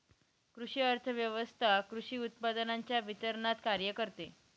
कृषी अर्थव्यवस्वथा कृषी उत्पादनांच्या वितरणावर कार्य करते